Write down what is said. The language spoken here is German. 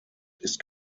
ist